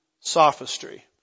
sophistry